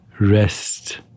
rest